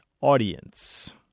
audience